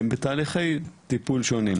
בתהליכי טיפול שונים.